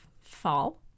fall